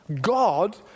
God